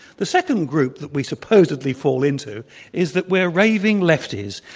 the second group that we supposedly fall into is that we're raving lefties,